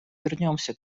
вернемся